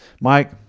Mike